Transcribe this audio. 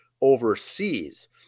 overseas